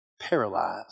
paralyzed